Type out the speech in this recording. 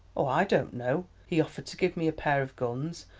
oh, i don't know. he offered to give me a pair of guns,